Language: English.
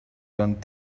learned